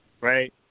right